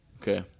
Okay